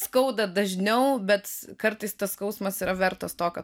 skauda dažniau bet kartais tas skausmas yra vertas to ką